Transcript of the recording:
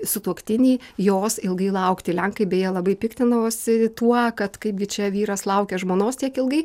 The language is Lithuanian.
sutuoktinį jos ilgai laukti lenkai beje labai piktinosi tuo kad kaipgi čia vyras laukia žmonos tiek ilgai